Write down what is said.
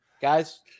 guys